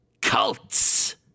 cults